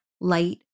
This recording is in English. light